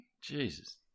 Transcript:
Jesus